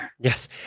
Yes